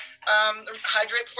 hydrate